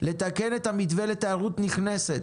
לתקן את המתווה לתיירות נכנסת,